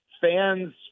fans